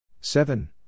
Seven